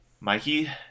Mikey